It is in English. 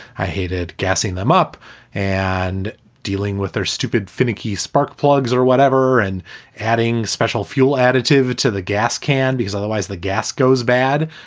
i hated gassing them up and dealing with their stupid, finicky spark plugs or whatever and adding special fuel additive to the gas can because otherwise the gas goes bad.